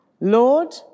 Lord